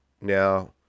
now